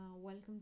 welcome